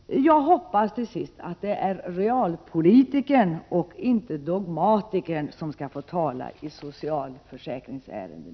Jag hoppas till sist att det är realpolitikern och inte dogmatikern som i fortsättningen skall få tala i socialförsäkringsärenden.